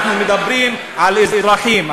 אנחנו מדברים על אזרחים,